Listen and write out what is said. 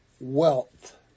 Wealth